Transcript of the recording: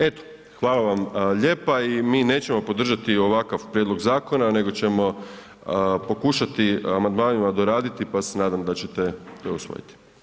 Eto, hvala vam lijepa i mi nećemo podržati ovakav prijedlog zakona nego ćemo pokušati amandmanima doraditi pa se nadam da ćete to usvojiti.